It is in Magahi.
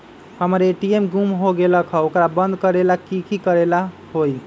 हमर ए.टी.एम गुम हो गेलक ह ओकरा बंद करेला कि कि करेला होई है?